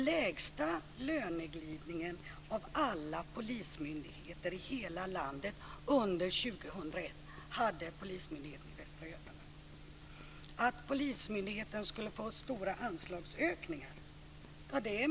Lägst löneglidning av alla polismyndigheter i hela landet under 2001 Vidare skulle polismyndigheten ha fått stora anslagsökningar.